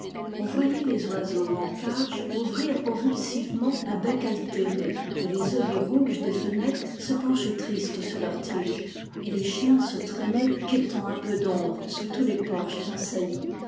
on voyait les oiseaux en cage ouvrir convulsivement un bec altéré et les œillets rouges des fenêtres se pencher tristes sur leurs tiges et les chiens se traîner quêtant un peu d'ombre sous tous les porches